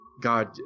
god